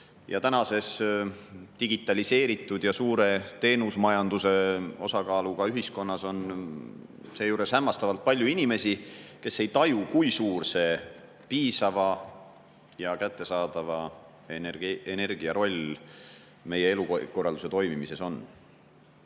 Tänapäevases digitaliseeritud ja suure teenusmajanduse osakaaluga ühiskonnas on seejuures hämmastavalt palju inimesi, kes ei taju, kui suur see piisava ja kättesaadava energia roll meie elukorralduse toimimises on.